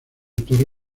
torre